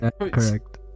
Correct